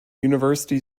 university